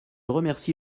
remercie